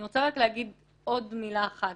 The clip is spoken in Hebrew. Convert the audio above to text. אני רוצה להגיד עוד מילה אחת,